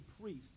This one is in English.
priest